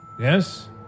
yes